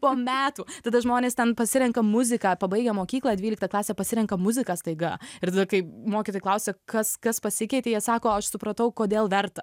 po metų tada žmonės ten pasirenka muziką pabaigę mokyklą dvyliktą klasę pasirenka muziką staiga ir tada kai mokytojai klausia kas kas pasikeitė jie sako aš supratau kodėl verta